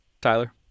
tyler